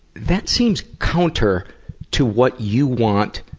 that seems counter to what you want